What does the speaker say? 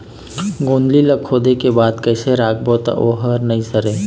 गोंदली ला खोदे के बाद कइसे राखबो त ओहर नई सरे?